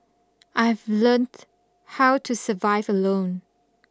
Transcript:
I've learnt how to survive alone